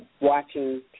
watching